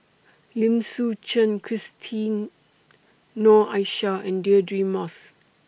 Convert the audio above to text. Lim Suchen Christine Noor Aishah and Deirdre Moss